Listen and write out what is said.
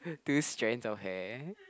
two strands of hair